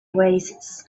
oasis